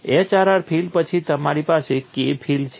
HRR field પછી તમારી પાસે K ફીલ્ડ છે